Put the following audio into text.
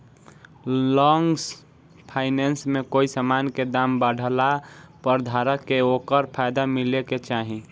long finance में कोई समान के दाम बढ़ला पर धारक के ओकर फायदा मिले के चाही